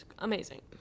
Amazing